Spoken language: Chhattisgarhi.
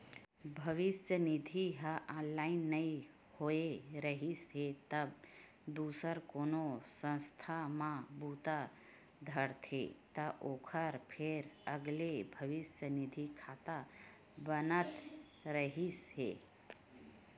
भविस्य निधि ह ऑनलाइन नइ होए रिहिस हे तब दूसर कोनो संस्था म बूता धरथे त ओखर फेर अलगे भविस्य निधि खाता बनत रिहिस हे